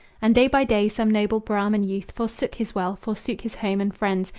and day by day some noble brahman youth forsook his wealth, forsook his home and friends,